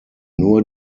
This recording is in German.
nur